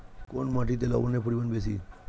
কোন মাটিতে লবণের পরিমাণ বেশি?